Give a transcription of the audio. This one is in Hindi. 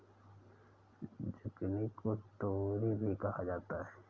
जुकिनी को तोरी भी कहा जाता है